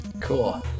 cool